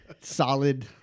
solid